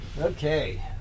Okay